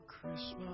Christmas